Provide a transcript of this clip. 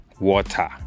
water